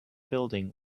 building